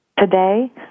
Today